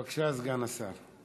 בבקשה, סגן השר.